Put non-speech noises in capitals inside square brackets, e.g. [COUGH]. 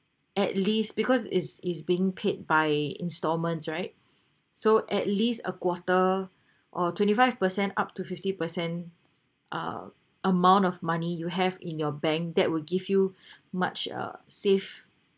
at least because it's it's being paid by instalments right so at least a quarter or twenty five per cent up to fifty per cent uh amount of money you have in your bank that will give you [BREATH] much uh safe